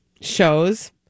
shows